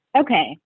Okay